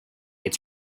its